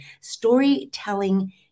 storytelling